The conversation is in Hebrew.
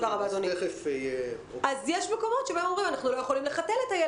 זה יתאים מבחינת התכולה שלהם להסעת תלמידים בקבוצה יותר קטנה.